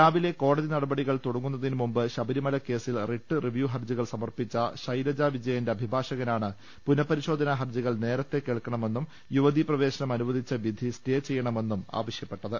രാവിലെ കോടതി നടപടികൾ തുടങ്ങുന്നതിനുമുമ്പ് ശബരി മലക്കേസിൽ റിട്ട് റിവ്യൂ ഹർജികൾ സമർപ്പിച്ച ശൈലജ വിജ യന്റെ അഭിഭാഷകനാണ് പുനപരിശോധനാഹർജികൾ നേരത്തെ കേൾക്കണമെന്നും യുവതി പ്രവേശനം അനുവദിച്ച വിധി സ്റ്റേ ചെയ്യണമെന്നും ആവശ്യപ്പെട്ടത്